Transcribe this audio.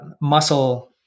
muscle